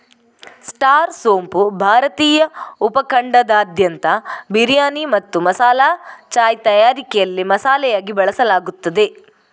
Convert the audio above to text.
star ಸೋಂಪು ಭಾರತೀಯ ಉಪ ಖಂಡದಾದ್ಯಂತ ಬಿರಿಯಾನಿ ಮತ್ತು ಮಸಾಲಾ ಚಾಯ್ ತಯಾರಿಕೆಯಲ್ಲಿ ಮಸಾಲೆಯಾಗಿ ಬಳಸಲಾಗುತ್ತದೆ